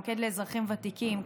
שבה המוקד לאזרחים ותיקים,